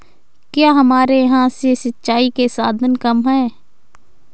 क्या हमारे यहाँ से सिंचाई के साधन कम है?